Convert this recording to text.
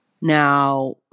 Now